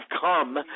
come